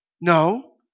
No